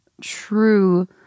true